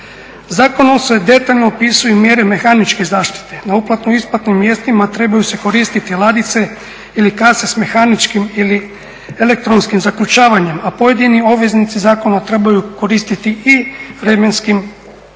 Zakonom se detaljno opisuju mjere mehaničke zaštite, na uplatno-isplatnim mjestima trebaju se koristiti ladice ili kase sa mehaničkim ili elektronskim zaključavanjem, a pojedini obveznici zakona trebaju koristiti i vremenske